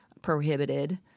prohibited